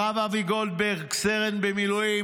הרב אבי גולדברג, סרן במילואים,